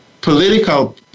political